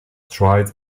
tried